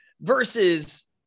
versus